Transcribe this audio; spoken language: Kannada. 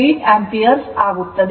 3o ಆಂಪಿಯರ್ ಸಿಗುತ್ತದೆ